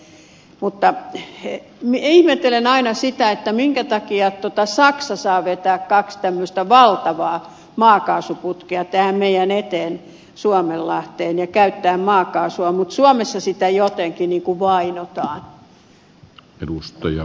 mutta ihmettelen aina sitä minkä takia saksa saa vetää kaksi tämmöistä valtavaa maakaasuputkea tähän meidän eteemme suomenlahteen ja käyttää maakaasua mutta suomessa sitä jotenkin niin kuin vainotaan